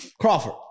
Crawford